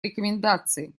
рекомендации